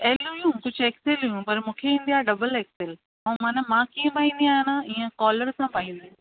L हुयूं कुझु XL हुयूं पर मूंखे ईंदी आहे डबल एक्सल ऐं मन मां कीअं पाईंदी आहियां न ईअं कॉलर सां पाईंदी आहियां